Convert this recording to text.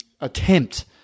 attempt